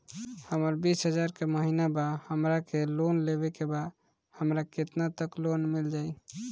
हमर बिस हजार के महिना बा हमरा के लोन लेबे के बा हमरा केतना तक लोन मिल जाई?